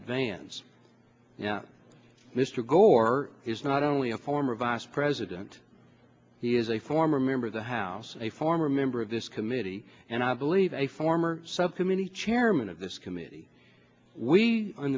advance yet mr gore is not only a former vice president he is a former member of the house a former member of this committee and i believe a former subcommittee chairman of this committee we